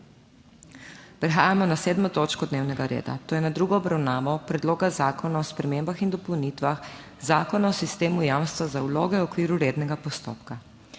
s****prekinjeno 7. točko dnevnega reda, to je s tretjo obravnavo Predloga zakona o spremembah in dopolnitvah Zakona o sistemu jamstva za vloge v okviru rednega postopka**.